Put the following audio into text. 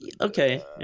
Okay